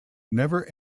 never